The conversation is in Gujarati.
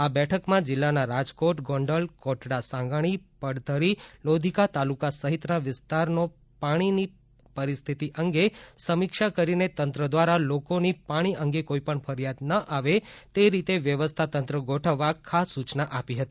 આ બેઠકમાં જિલ્લાના રાજકોટગોંડલ કોટડાસાંગાણી પડધરી લોધીકા તાલુકા સહીતના વિસ્તારનો પાણીની પરિસ્થિત અંગે સમિક્ષા કરીને તંત્ર દ્વારા લોકોની પાણી અંગે કોઇ પણ ફરિયાદ ન આવે તે રીતે વ્યવસ્થા તંત્ર ગોઠવવા ખાસ સુચના આપી હતી